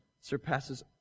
surpasses